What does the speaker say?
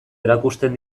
erakusten